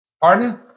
Pardon